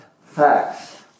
facts